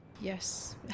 Yes